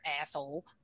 asshole